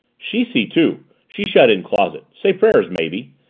she see too. she shut in closet say prayers, maybe,